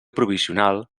provisional